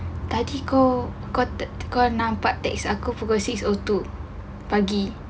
tadi kau kau nampak text aku pukul six O two pagi